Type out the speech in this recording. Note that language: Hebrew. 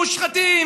מושחתים,